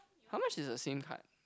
how much is the Sim card